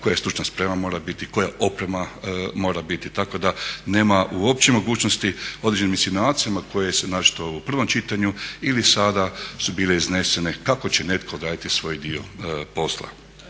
koja stručna sprema mora biti, koja oprema mora biti tako da nema uopće mogućnosti određenim insinuacijama koje su … u prvom čitanju ili sada su bile iznesene kako će netko odraditi svoj dio posla.